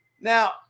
Now